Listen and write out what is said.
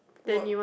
work